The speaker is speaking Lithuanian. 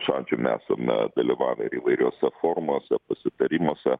šadžiumi esame dalyvavę ir įvairiuose forumuose pasitarimuose